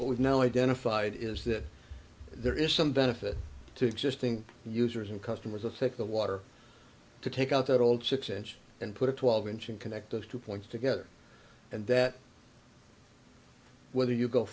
what we've now identified is that there is some benefit to existing users and customers affect the water to take out that old six inch and put a twelve inch and connect those two points together and that whether you go